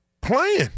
playing